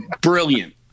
brilliant